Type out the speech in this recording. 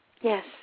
Yes